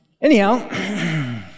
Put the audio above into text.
Anyhow